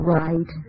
right